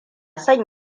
son